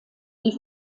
die